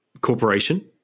corporation